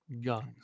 Guns